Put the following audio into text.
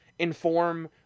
inform